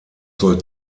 soll